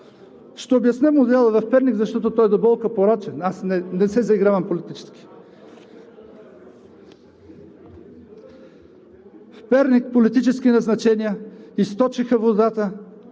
Ще обясня модела в Перник, защото той е до болка порочен. Аз не се заигравам политически. В Перник политически назначения източиха водата,